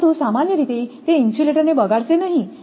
પરંતુ સામાન્ય રીતે તે ઇન્સ્યુલેટરને બગાડશે નહીં